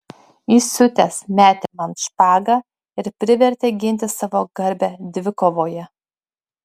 įsiutęs metė man špagą ir privertė ginti savo garbę dvikovoje